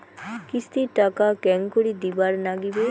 কিস্তির টাকা কেঙ্গকরি দিবার নাগীবে?